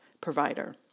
provider